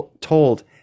told